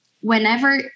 whenever